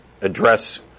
address